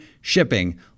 shipping